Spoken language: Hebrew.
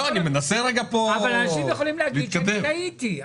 אנשים יכולים להגיד טעיתי.